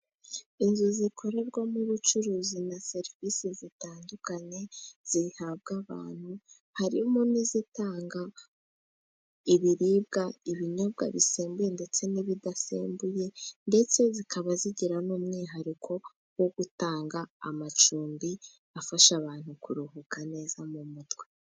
Inzu zikorerwamo ubucuruzi na serivise zitandukanye zihabwa abantu, harimo n'izitanga ibiribwa, ibinyobwa bisembuye, ndetse n'ibidasembuye, ndetse zikaba zigira n'umwihariko wo gutanga amacumbi, afasha abantu kuruhuka neza mu mutwe.